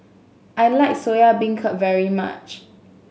I like Soya Beancurd very much